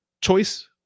choice